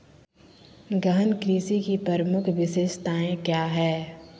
गहन कृषि की प्रमुख विशेषताएं क्या है?